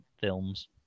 films